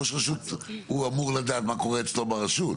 ראש הרשות אמור לדעת מה קורה אצלנו ברשות,